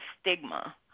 stigma